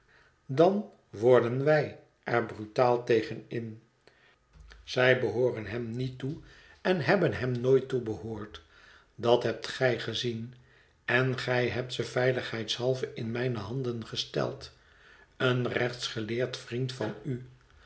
dan worden wij er brutaal tegen in zij behooren hem niet toe en hebben hem nooit toebehoord dat hebt gij gezien en gij hebt ze veiligheidshalve in mijne handen gesteld een rechtsgeleerd vriend van u